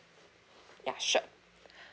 ya sure